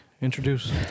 Introduce